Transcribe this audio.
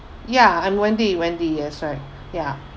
ya I'm wendy wendy yes right ya